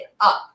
up